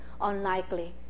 unlikely